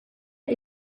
est